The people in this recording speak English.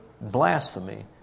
blasphemy